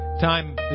time